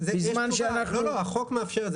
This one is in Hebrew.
לא, החוק מאפשר את זה.